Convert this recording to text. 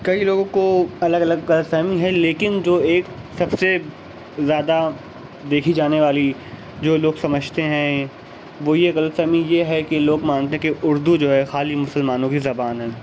کئی لوگوں کو الگ الگ غلط فہمی ہے لیکن جو ایک سب سے زیادہ دیکھی جانے والی جو لوگ سمجھتے ہیں وہ یہ غلط فہمی یہ ہے کہ لوگ مانتے کہ اردو جو ہے خالی مسلمانوں کی زبان ہے